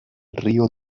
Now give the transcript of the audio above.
río